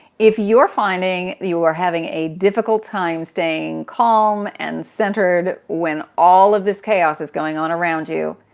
if you're finding you are having a difficult time staying calm and centered when all of this chaos is going on around you,